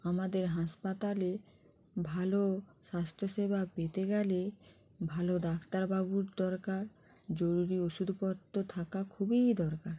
আমাদের হাসপাতালে ভালো স্বাস্থ্যসেবা পেতে গেলে ভালো ডাক্তারবাবুর দরকার জরুরী ওষুধপত্র থাকা খুবই দরকার